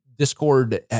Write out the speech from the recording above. discord